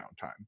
time